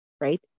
right